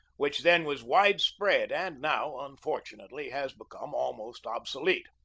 which then was wide-spread and now, unfortunately, has become almost obsolete.